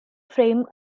frame